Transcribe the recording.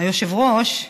היושב-ראש,